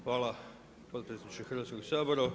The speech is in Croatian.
Hvala potpredsjedniče Hrvatskoga sabora.